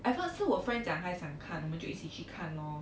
at first 是我 friend 讲她想看我们就一起去看咯